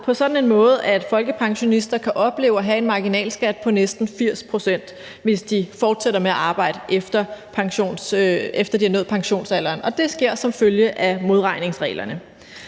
en sådan måde, at folkepensionister kan opleve at have en marginalskat på næsten 80 pct., hvis de fortsætter med at arbejde, efter at de har nået pensionsalderen, og det sker som følge af modregningsreglerne.